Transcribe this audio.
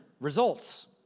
results